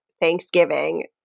Thanksgiving